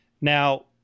Now